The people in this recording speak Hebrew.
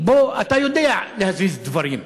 אתה יודע להזיז דברים,